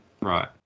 right